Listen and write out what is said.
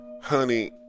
honey